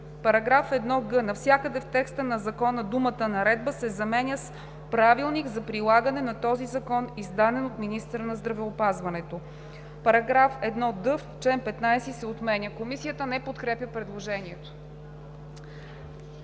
§ 1г. Навсякъде в текста на закона думата „наредба“ се заменя с „правилник за прилагане на този закон, издаден от министъра на здравеопазването“. § 1д. Чл. 15. се отменя.“ Комисията не подкрепя предложението.